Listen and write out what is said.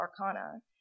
arcana